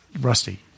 rusty